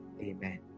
Amen